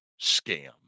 scam